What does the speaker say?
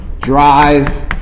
Drive